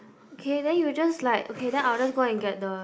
okay then you just like okay then I'll just go and get the